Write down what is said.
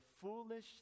Foolish